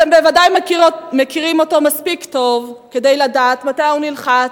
אתם בוודאי מכירים אותו מספיק טוב כדי לדעת מתי הוא נלחץ,